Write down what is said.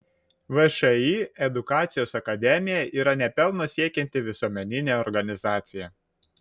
všį edukacijos akademija yra ne pelno siekianti visuomeninė organizacija